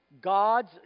God's